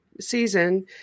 season